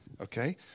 Okay